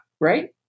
right